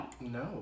No